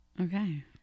okay